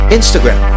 Instagram